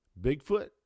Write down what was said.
Bigfoot